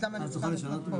אז למה אני צריכה להפנות פה?